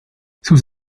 sus